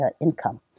income